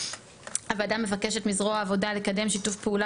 11. הוועדה מבקשת ממשרד העבודה לקדם שיתוף פעולה